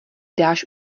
dáš